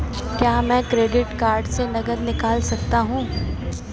क्या मैं credit card से नकद निकाल सकता हूँ?